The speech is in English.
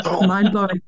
Mind-blowing